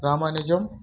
Ramanujam